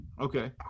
okay